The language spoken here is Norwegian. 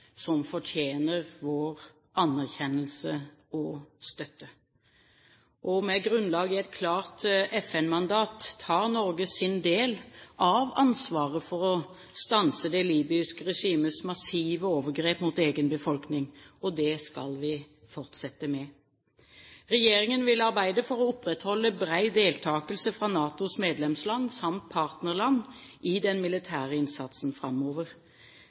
som fortjener vår anerkjennelse og støtte. Med grunnlag i et klart FN-mandat tar Norge sin del av ansvaret for å stanse det libyske regimets massive overgrep mot egen befolkning, og det skal vi fortsette med. Regjeringen vil arbeide for å opprettholde bred deltakelse fra NATOs medlemsland samt partnerland i den militære innsatsen framover.